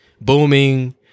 booming